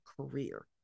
career